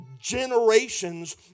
generations